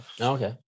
okay